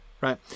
right